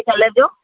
ठीकु हले ॿियो